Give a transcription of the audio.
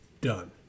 Done